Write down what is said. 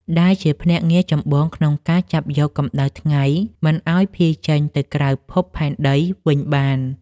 ដែលជាភ្នាក់ងារចម្បងក្នុងការចាប់យកកម្ដៅថ្ងៃមិនឱ្យភាយចេញទៅក្រៅភពផែនដីវិញបាន។